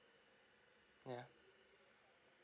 yeah